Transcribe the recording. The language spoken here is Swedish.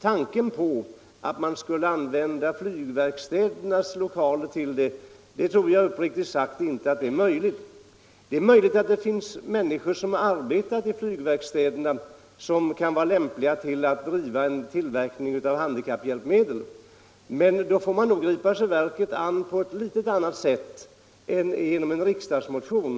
Men att använda flygverkstädernas lokaler för sådan tillverkning tror jag uppriktigt sagt inte är möjligt. Det är tänk bart att det bland dem som arbetar i flygverkstäder finns kvalificerad personal för tillverkning av handikapphjälpmedel, men man bör nog gripa sig verket an på ett annat sätt än genom en riksdagsmotion.